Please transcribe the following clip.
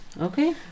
Okay